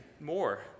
more